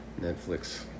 Netflix